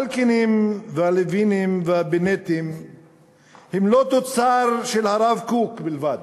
האלקינים והלוינים והבנטים הם לא תוצר של הרב קוק בלבד,